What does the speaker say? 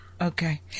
Okay